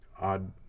odd